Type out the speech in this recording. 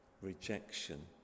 rejection